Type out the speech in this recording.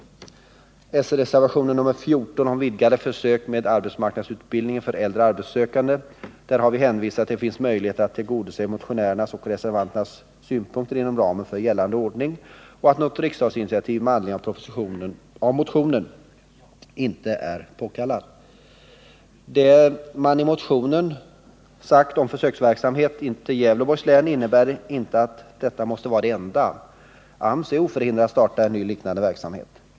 När det gäller s-reservationen 14 om vidgade försök med arbetsmarknadsutbildningen för äldre arbetssökande har vi hänvisat till att det finns möjligheter att tillgodose motionärernas och reservanternas synpunkter inom ramen för gällande ordning och att något riksdagsinitiativ med anledning av motionen inte är påkallat. Det som man i motionen skrivit om förläggning av försöksverksamhet till Gävleborgs län utesluter inte försöksverksamhet på andra håll. AMS är oförhindrad att starta en ny liknande verksamhet.